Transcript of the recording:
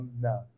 no